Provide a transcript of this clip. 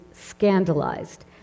scandalized